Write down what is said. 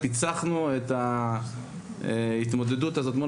פיצחנו בהחלט את ההתמודדות הזו מול